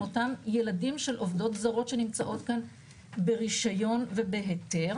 הם אותם ילדים של עובדות זרות שנמצאות כאן ברישיון ובהיתר.